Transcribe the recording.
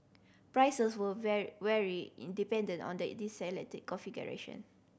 prices will vary independent on the selected configuration